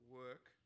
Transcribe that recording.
work